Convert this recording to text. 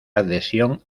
adhesión